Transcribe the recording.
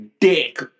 dick